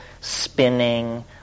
spinning